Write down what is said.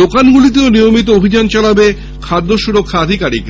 দোকানগুলিতেও নিয়মিত অভিযান চালাবে খাদ্য সুরক্ষা আধিকারিকরা